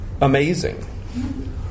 amazing